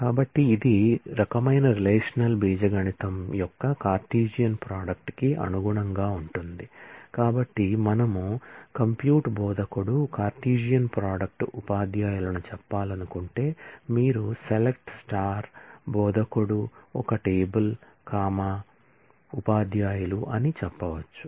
కాబట్టి ఇది రకమైన రిలేషనల్ ఆల్జీబ్రా యొక్క కార్టేసియన్ ప్రోడక్ట్ బోధకుడు ఒక టేబుల్ కామా ఉపాధ్యాయులు అని చెప్పవచ్చు